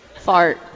Fart